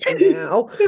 now